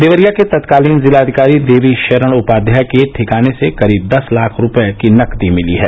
देवरिया के तत्कालीन जिलाधिकारी देवीशरण उपाध्याय के ठिकाने से करीब दस लाख रूपये की नकदी मिली है